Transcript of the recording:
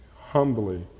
humbly